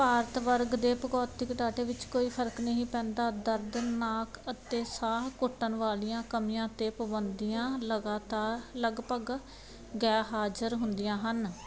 ਭਾਰਤ ਵਰਗ ਦੇ ਭਗੌਤਿਕ ਡਾਟੇ ਵਿੱਚ ਕੋਈ ਫਰਕ ਨਹੀਂ ਪੈਂਦਾ ਦਰਦ ਨਾਕ ਅਤੇ ਸਾਹ ਘੁੱਟਣ ਵਾਲੀਆਂ ਕਮੀਆਂ ਤੇ ਪਾਬੰਦੀਆਂ ਲਗਾਤਾਰ ਲਗਭਗ ਗੈਰ ਹਾਜ਼ਰ ਹੁੰਦੀਆਂ ਹਨ